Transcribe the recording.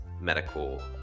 medical